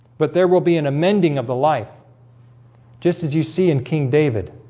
but there will be an amending of the life just as you see in king david